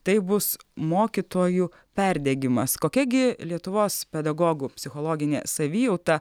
tai bus mokytojų perdegimas kokia gi lietuvos pedagogų psichologinė savijauta